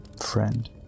friend